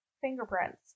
Fingerprints